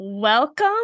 Welcome